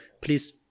please